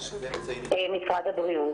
זה פשוט לא נכון.